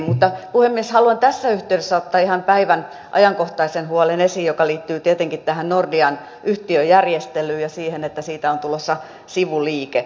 mutta puhemies haluan tässä yhteydessä ottaa esiin ihan ajankohtaisen huolen joka liittyy tietenkin tähän nordean yhtiöjärjestelyyn ja siihen että siitä on tulossa sivuliike